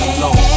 alone